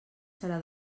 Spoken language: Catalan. serà